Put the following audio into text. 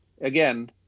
again